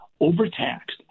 overtaxed